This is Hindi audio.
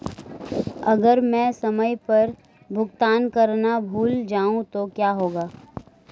अगर मैं समय पर भुगतान करना भूल जाऊं तो क्या होगा?